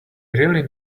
really